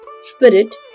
spirit